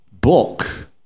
book